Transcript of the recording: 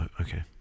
Okay